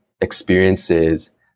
experiences